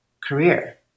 career